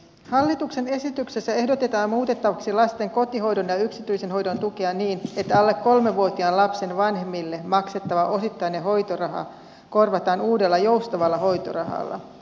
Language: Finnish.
hallituksen esityksessä ehdotetaan muutettavaksi lasten kotihoidon ja yksityisen hoidon tukea niin että alle kolmevuotiaan lapsen vanhemmille maksettava osittainen hoitoraha korvataan uudella joustavalla hoitorahalla